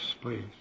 please